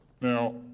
Now